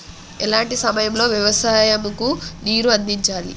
ఎలాంటి సమయం లో వ్యవసాయము కు నీరు అందించాలి?